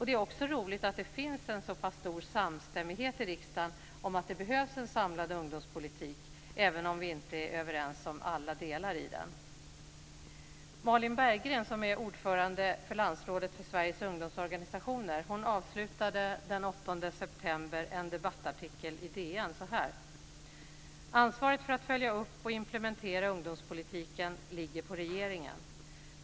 Det är också roligt att det finns en så pass stor samstämmighet i riksdagen om att det behövs en samlad ungdomspolitik, även om vi inte är överens om alla delar i den. Malin Berggren, som är ordförande för Landsrådet för Sveriges ungdomsorganisationer, avslutade den 8 september en debattartikel i DN så här: "Ansvaret för att följa upp och implementera ungdomspolitiken ligger på regeringen.